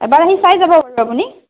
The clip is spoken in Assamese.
এবাৰ আহি চাই যাব বাৰু আপুনি